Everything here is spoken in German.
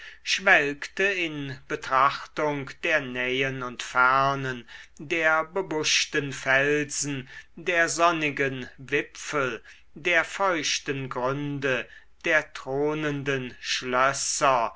schwelgte in betrachtung der nähen und fernen der bebuschten felsen der sonnigen wipfel der feuchten gründe der thronenden schlösser